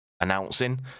announcing